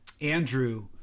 Andrew